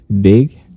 big